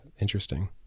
Interesting